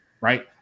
right